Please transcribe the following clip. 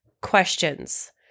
questions